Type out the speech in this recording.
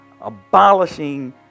abolishing